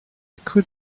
could